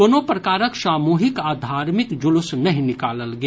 कोनो प्रकारक सामूहिक आ धार्मिक जुलूस नहि निकालल गेल